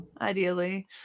Ideally